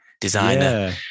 designer